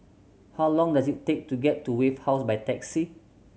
how long does it take to get to Wave House by taxi